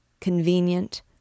convenient